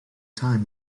time